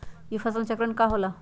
ई फसल चक्रण का होला?